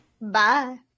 Bye